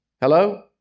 Hello